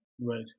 Right